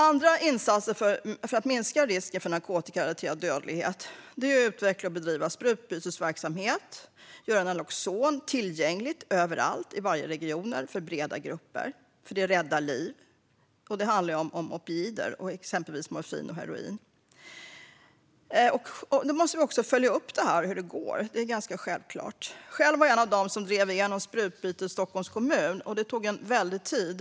Andra insatser för att minska risken för narkotikarelaterad dödlighet är att utveckla och bedriva sprututbytesverksamhet, göra naloxon tillgängligt överallt i alla regioner för breda grupper. Det räddar liv. Det handlar här om opioider, exempelvis morfin och heroin. Nu måste detta självklart följas upp. Själv var jag en av dem som drev igenom sprututbyte i Stockholms kommun, och det tog tid.